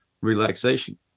relaxation